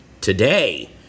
today